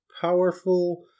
powerful